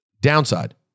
Downside